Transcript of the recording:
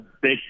big